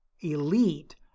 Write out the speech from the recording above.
elite